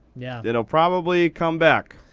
yeah. it'll probably come back.